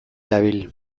dabil